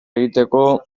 egiteko